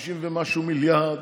50 ומשהו מיליארד.